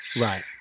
Right